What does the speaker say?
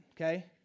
okay